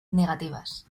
negativas